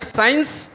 science